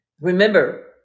Remember